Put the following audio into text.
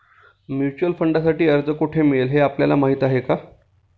Mutual फंडांसाठी अर्ज कोठे मिळेल हे आपल्याला माहीत आहे का?